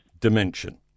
Dimension